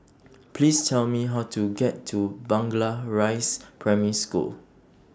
Please Tell Me How to get to Rise Primary School